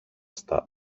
στα